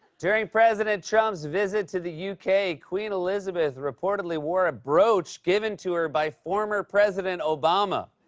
during president trump's visit to the u k, queen elizabeth reportedly wore a brooch given to her by former president obama.